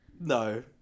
no